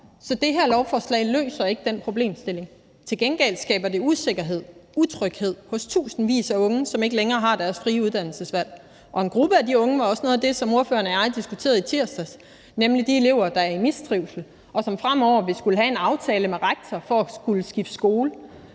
Så det her lovforslag løser ikke den problemstilling. Til gengæld skaber det usikkerhed og utryghed hos tusindvis af unge, som ikke længere har deres frie uddannelsesvalg. En gruppe af de unge var også noget af det, som ordføreren og jeg diskuterede i tirsdags, nemlig de elever, der er i mistrivsel, og som fremover vil skulle have en aftale med rektor for at skifte skole.